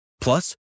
Plus